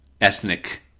ethnic